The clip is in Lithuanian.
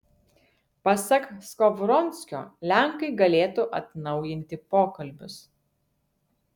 pasak skovronskio lenkai galėtų atnaujinti pokalbius